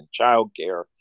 childcare